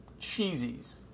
cheesies